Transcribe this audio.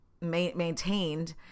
maintained